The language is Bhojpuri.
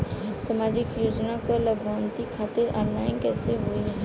सामाजिक योजना क लाभान्वित खातिर ऑनलाइन कईसे होई?